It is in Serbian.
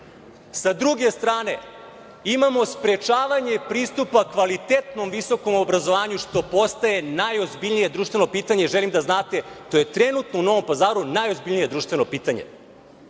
druge strane, imamo sprečavanje pristupa kvalitetnom visokom obrazovanju, što postaje najozbiljnije društveno pitanje i želim da znate da je to trenutno u Novom Pazaru najozbiljnije društveno pitanje,